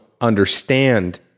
understand